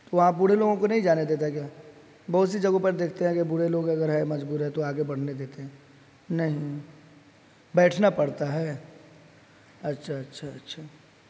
تو وہاں بوڑھے لوگوں کو نہیں جانے دیتا کیا بہت سی جگہوں پر دیکھتے ہیں کہ بوڑھے لوگ اگر ہے مجبور ہے تو آگے بڑھنے دیتے ہیں نہیں بیٹھنا پڑتا ہے اچھا اچھا اچھا